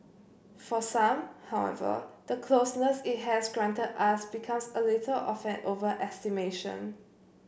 for some however the closeness it has granted us becomes a little of an overestimation